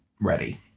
ready